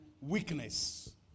weakness